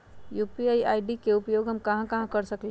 UPI ID के उपयोग हम कहां कहां कर सकली ह?